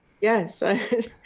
Yes